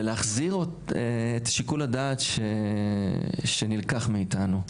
ולהחזיר את שיקול הדעת שנלקח מאיתנו,